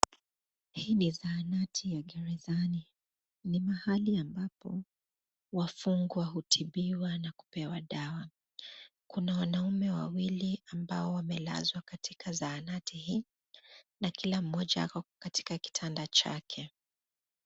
Hii ni zahanati ya gerezani. Ni mahali ambapo wafungwa hutibiwa na kupewa dawa. Kuna wanaume wawili ambao wamelazwa katika zahanati hii na kila mmoja ako katika kitanda chake.